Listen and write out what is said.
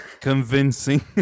convincing